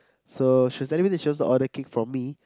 so she was telling me that she wants to order cake from me